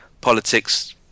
politics